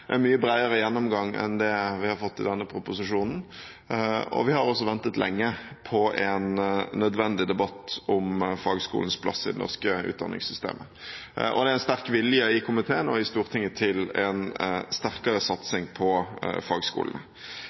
en mye bredere gjennomgang enn det vi har fått i denne proposisjonen, og vi har også ventet lenge på en nødvendig debatt om fagskolens plass i det norske utdanningssystemet. Det er også en sterk vilje i komiteen og i Stortinget til en sterkere satsing på